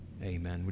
Amen